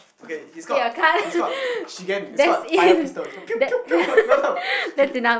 okay he's called he's called she can it's called a fire pistol !pew pew pew! no no he